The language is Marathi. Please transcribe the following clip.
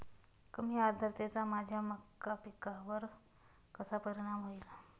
कमी आर्द्रतेचा माझ्या मका पिकावर कसा परिणाम होईल?